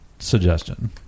suggestion